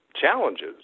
challenges